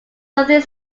something